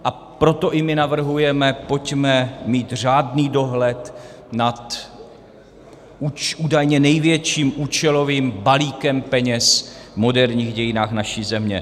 A proto i my navrhujeme, pojďme mít řádný dohled nad údajně největším účelovým balíkem peněz v moderních dějinách naší země.